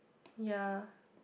yea